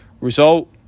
result